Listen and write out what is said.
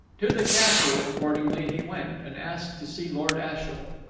to the castle, accordingly, he went, and asked to see lord ashiel.